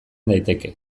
daiteke